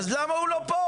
אז למה הוא לא פה?